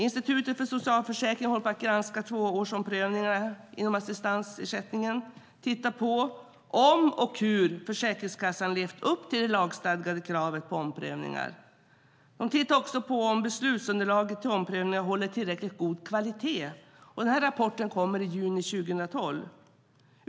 Inspektionen för socialförsäkringen håller på att granska tvåårsomprövningarna inom assistansersättningen och tittar på om och hur Försäkringskassan levt upp till det lagstadgade kravet på omprövningar. De tittar också på om beslutsunderlaget till omprövningarna håller tillräckligt god kvalitet. En rapport kommer i juni 2012.